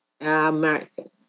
American